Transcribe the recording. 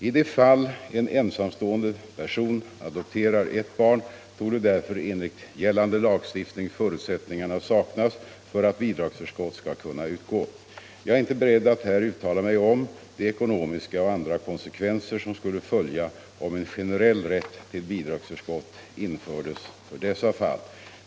I de fall en ensamstående person adopterar ett barn torde därför enligt gällande lagstiftning förutsättningarna saknas för att bidragsförskott skall kunna utgå. Jag är inte beredd att här uttala mig om de ekonomiska och andra konsekvenser som skulle följa om en generell rätt till bidragsförskott infördes för dessa fall.